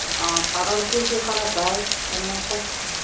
অঁ ঘৰৰ কি কি খৰচ হয় এনেই চব